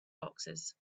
boxes